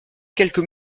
quelques